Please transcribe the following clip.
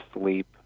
sleep